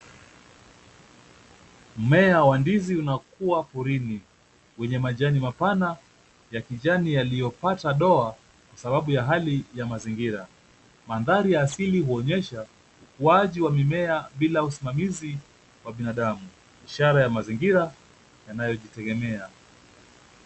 Mmea wa ndizi unakua porini wenye majani mapana ya kijani yaliyopata doa sababu ya hali ya mazingira. Mandhari ya asili huonyesha ukuaji wa mimea bila usimamizi wa binadamu, ishara ya mazingira yanayojitegemea.